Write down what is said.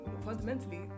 fundamentally